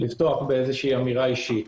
לפתוח באמירה אישית.